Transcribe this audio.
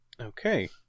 Okay